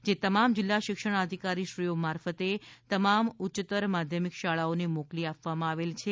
જે તમામ જિલ્લા શિક્ષણાધિકારીશ્રીઓ મારફતે તમામ માધ્યામિક ઉચ્યતર માધ્યમિક શાળાઓને મોકલી આપવામાં આવેલ છે